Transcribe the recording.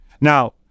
now